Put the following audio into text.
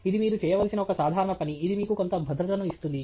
ఇది మీరు చేయవలసిన ఒక సాధారణ పని ఇది మీకు కొంత భద్రతను ఇస్తుంది